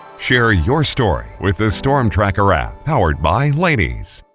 share your story with the storm tracker app powered by laneys.